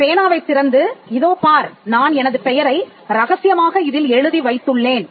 பேனாவை திறந்து இதோ பார் நான் எனது பெயரை ரகசியமாக இதில் எழுதி வைத்துள்ளேன்